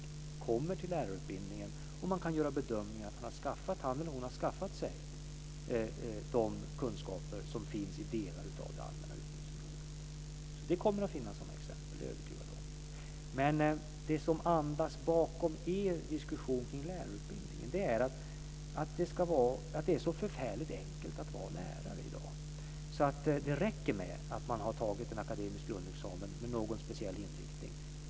De kommer till lärarutbildningen, och man kan göra bedömningen att han eller hon har skaffat sig kunskaper i delar av det allmänna utbildningsområdet. Det kommer att finnas sådana exempel; det är jag övertygad om. Men det som andas bakom er diskussion kring lärarutbildningen är att det är så förfärligt enkelt att vara lärare i dag att det räcker med att man har tagit en akademisk grundexamen med någon speciell inriktning.